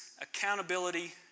accountability